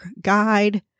guide